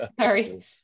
sorry